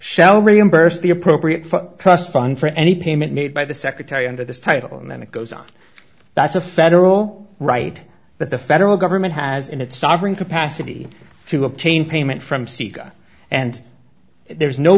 shall reimburse the appropriate for a trust fund for any payment made by the secretary under this title and then it goes on that's a federal right but the federal government has in its sovereign capacity to obtain payment from sega and there is no